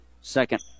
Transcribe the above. second